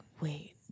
wait